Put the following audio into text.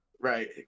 right